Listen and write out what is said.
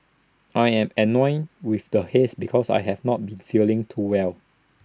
I am annoyed with the haze because I have not been feeling too well